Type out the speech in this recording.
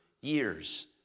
years